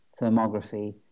thermography